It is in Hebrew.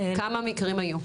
כמה מקרים היו?